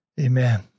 Amen